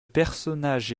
personnage